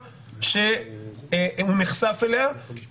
וזה ישפיע עליו